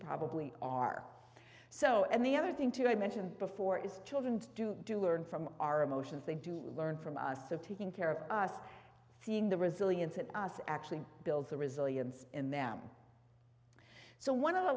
probably are so and the other thing too i mentioned before is children do learn from our emotions they do learn from us of taking care of us seeing the resilience in us actually builds the resilience in them so one of the